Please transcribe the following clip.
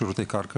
שירותי קרקע,